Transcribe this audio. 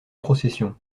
procession